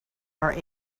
are